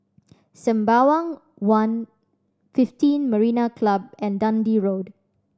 Sembawang One fifteen Marina Club and Dundee Road